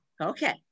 Okay